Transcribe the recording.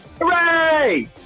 Hooray